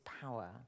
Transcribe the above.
power